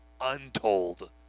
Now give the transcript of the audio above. untold